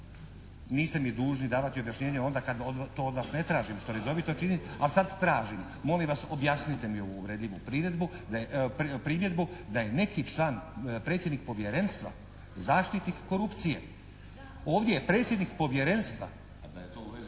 Niste mi dužni davati objašnjenje onda kada od vas to ne tražim, što redovito činim a sad tražim. Molim vas objasnite mi ovu uvredljivu primjedbu da je neki član predsjednik povjerenstva zaštitnik korupcije. Ovdje je predsjednik povjerenstva…